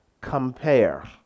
compare